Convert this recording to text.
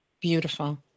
Beautiful